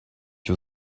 you